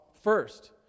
first